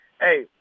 Hey